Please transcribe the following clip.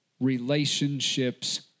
relationships